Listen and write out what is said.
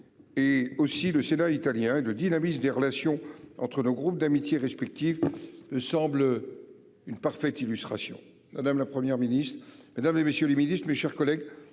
Et aussi le Sénat italien et le dynamisme des relations entre le groupe d'amitié respectifs. Semble. Une parfaite illustration. Madame, la Première ministre, mesdames et messieurs les ministres, mes chers collègues